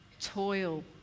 Toil